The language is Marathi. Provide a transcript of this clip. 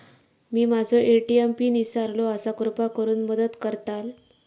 मी माझो ए.टी.एम पिन इसरलो आसा कृपा करुन मदत करताल